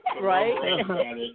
Right